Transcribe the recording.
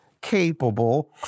capable